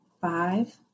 five